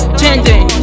changing